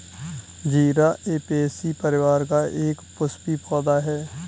जीरा ऍपियेशी परिवार का एक पुष्पीय पौधा है